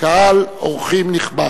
קהל אורחים נכבד,